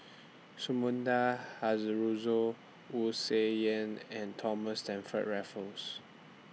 Sumida Haruzo Wu Tsai Yen and Thomas Stamford Raffles